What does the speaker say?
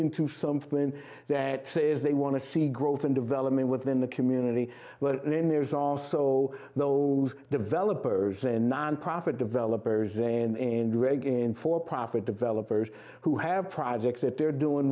into something that is they want to see growth and development within the community and then there's also those developers and nonprofit developers and draggin for profit developers who have projects that they're doing